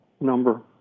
number